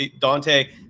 Dante